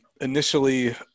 initially